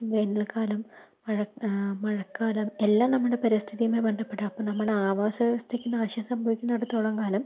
വേനൽക്കാലം മഴ മഴക്കാലം എല്ലാം നമ്മുടെ പരിസ്ഥിതിയുമായി ബന്ധപ്പെടും അപ്പ നമ്മള് ആവാസവ്യവസ്ഥക്കു നാശം സംഭവിക്കുന്നടത്തോളം കാലം